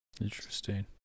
Interesting